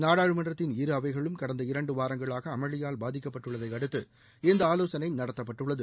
நாடாளுமன்றத்தின் இரு அவைகளும் கடந்த இரண்டு வாரங்களாக அமளியால் பாதிக்கப்பட்டுள்ளதை அடுத்து இந்த ஆலோசனை நடத்தப்பட்டுள்ளது